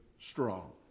strong